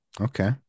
Okay